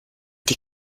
die